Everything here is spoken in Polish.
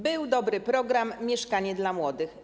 Był dobry program ˝Mieszkanie dla młodych˝